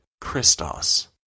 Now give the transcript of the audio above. Christos